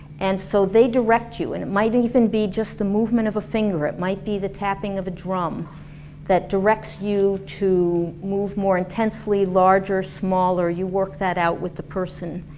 and so they direct you. and it might even be just the movement of a finger, it might be the tapping of a drum that directs you to move more intensely, larger, smaller, you work that out with the person.